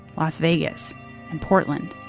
las vegas and portland.